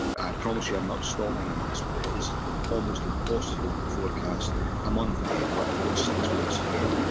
i promise you, i'm not stalling on this, but it is almost impossible to forecast a month ahead let alone six months ahead.